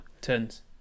turns